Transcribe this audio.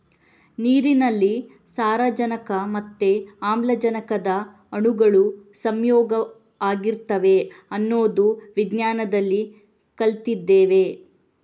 ನೀರಿನಲ್ಲಿ ಸಾರಜನಕ ಮತ್ತೆ ಆಮ್ಲಜನಕದ ಅಣುಗಳು ಸಂಯೋಗ ಆಗಿರ್ತವೆ ಅನ್ನೋದು ವಿಜ್ಞಾನದಲ್ಲಿ ಕಲ್ತಿದ್ದೇವೆ